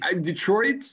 Detroit